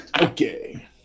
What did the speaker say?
Okay